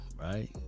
right